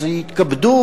אז יתכבדו,